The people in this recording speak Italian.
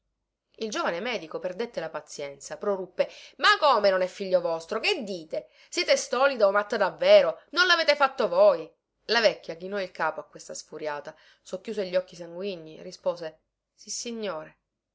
il giovane medico perdette la pazienza proruppe ma come non è figlio vostro che dite siete stolida o matta davvero non lavete fatto voi la vecchia chinò il capo a questa sfuriata socchiuse gli occhi sanguigni rispose sissignore